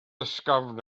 ysgafn